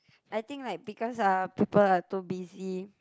I think like because are people are too busy